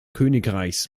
königreichs